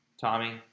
Tommy